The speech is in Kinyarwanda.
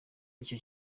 icyo